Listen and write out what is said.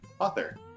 author